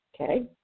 okay